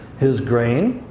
his grain,